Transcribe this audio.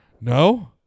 No